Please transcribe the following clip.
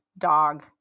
dog